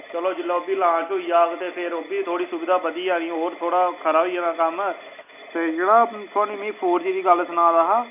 चलो जेल्लै ओह् बी लांच होई जाग ते फिर ओह् बी थोह्ड़ी सुबधा बधी जानी होर थोह्ड़ा खरा होई जाना कम्म ते जेह्ड़ा थुआनूं मीं फोर जी दी गल्ल सना दा हा